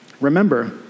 remember